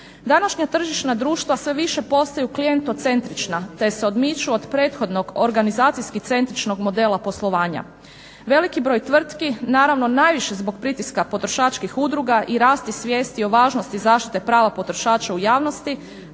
Današnja tržišna društva sve više postaju klijentocentrična te se odmiču od prethodnog organizacijski centričnog modela poslovanja. Veliki broj tvrtki naravno najviše zbog pritiska potrošačkih udruga i rasti svijesti o važnosti zaštite prava potrošača u javnosti